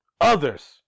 others